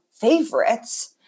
favorites